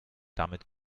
damit